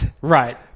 Right